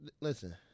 Listen